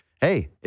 hey